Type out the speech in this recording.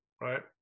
Right